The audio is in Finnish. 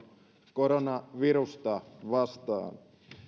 koronavirusta vastaan